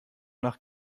nach